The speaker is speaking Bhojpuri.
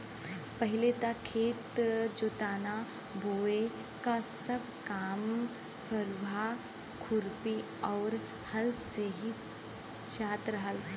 पहिले त खेत जोतना बोये क सब काम फरुहा, खुरपी आउर हल से हो जात रहल